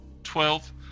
Twelve